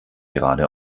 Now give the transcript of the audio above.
gerade